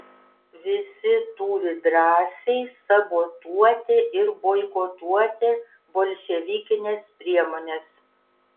visi turi drąsiai sabotuoti ir boikotuoti bolševikines priemones